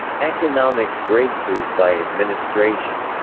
economic breakthroughs by administration